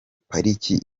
pariki